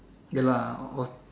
ya lah what